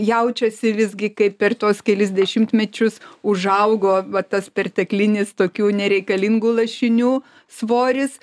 jaučiasi visgi kaip per tuos kelis dešimtmečius užaugo va tas perteklinis tokių nereikalingų lašinių svoris